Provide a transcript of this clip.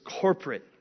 corporate